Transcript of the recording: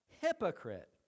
Hypocrite